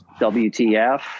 WTF